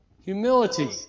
Humility